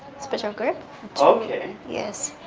special grip ok yes,